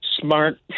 smart